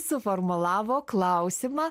suformulavo klausimą